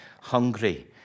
hungry